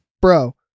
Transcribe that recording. bro